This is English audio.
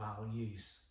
values